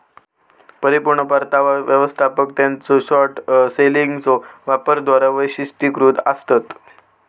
परिपूर्ण परतावा व्यवस्थापक त्यांच्यो शॉर्ट सेलिंगच्यो वापराद्वारा वैशिष्ट्यीकृत आसतत